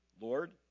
Lord